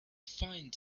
find